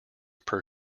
per